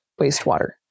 wastewater